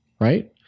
right